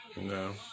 No